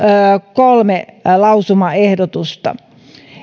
kolme lausumaehdotusta